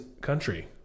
country